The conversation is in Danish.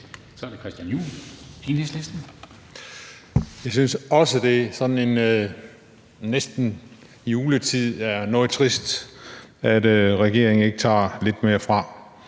Kl. 16:11 Christian Juhl (EL): Jeg synes også, at det ved sådan en næsten juletid er noget trist, at regeringen ikke tager lidt mere fra